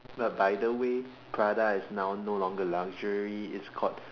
but by the way Prada is now no longer luxury it's called